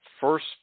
first